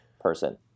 person